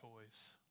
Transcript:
toys